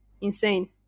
insane